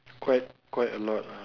quite quite a lot ah